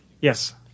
Yes